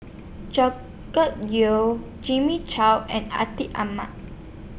Yeo Jimmy Chok and Atin Amat